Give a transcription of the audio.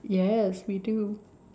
yes we do